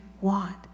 want